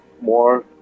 more